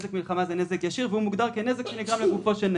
"נזק מלחמה" הוא נזק ישיר והוא מוגדר כנזק שנגרם לגופו של נכס.